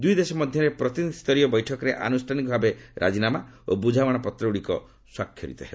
ଦୁଇ ଦେଶ ମଧ୍ୟରେ ପ୍ରତିନିଧି ସ୍ତରୀୟ ବୈଠକରେ ଆନୁଷ୍ଠାନିକ ଭାବେ ରାଜିନାମା ଓ ବୁଝାମଣା ପତ୍ରଗୁଡ଼ିକ ସ୍ୱାକ୍ଷରିତ ହେବ